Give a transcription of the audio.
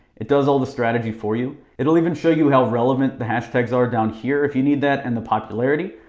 it does all the strategy for you. it'll even show you how relevant the hashtags are down here if you need that and the popularity.